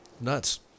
Nuts